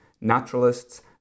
naturalists